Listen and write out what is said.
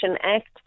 Act